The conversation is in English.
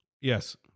Yes